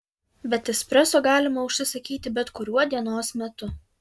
bet espreso galima užsisakyti bet kuriuo dienos metu